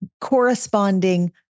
corresponding